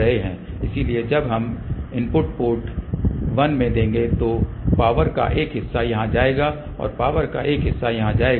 इसलिए जब हम इनपुट पोर्ट 1 में देंगे तो पावर का एक हिस्सा यहाँ जाएगा और पावर का एक हिस्सा यहाँ जाएगा